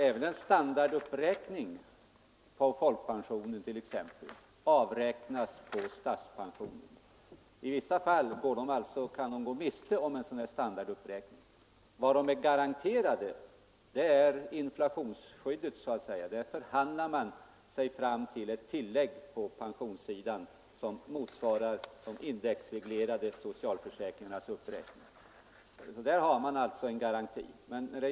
Sådana standardhöjningar avräknas nämligen mot statspensionen. I vissa fall kan statsanställda då gå miste om en sådan standarduppräkning. Vad de är garanterade är ett inflationsskydd. För detta ändamål förhandlar man sig fram till ett tillägg på statspensionen, som motsvarar uppräkningen av de indexreglerade socialförsäkringarna. I det avseendet har man alltså en garanti.